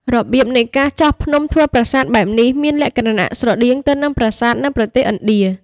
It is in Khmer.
របៀបនៃការចោះភ្នំធ្វើប្រាសាទបែបនេះ មានលក្ខណៈស្រដៀងគ្នាទៅនឹងប្រាសាទនៅប្រទេសឥណ្ឌា។